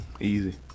easy